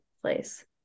place